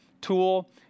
tool